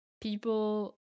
people